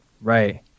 Right